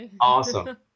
awesome